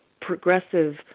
progressive